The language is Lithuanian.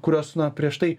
kurios na prieš tai